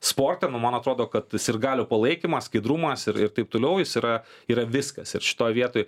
sporte nu man atrodo kad sirgalių palaikymas skaidrumas ir it taip toliau jis yra yra viskas ir šitoj vietoj